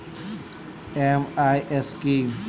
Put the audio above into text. MIS কি?